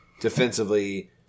defensively